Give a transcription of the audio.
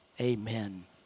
Amen